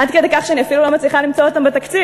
עד כדי כך שאני אפילו לא מצליחה למצוא אותן בתקציב: